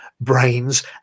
brains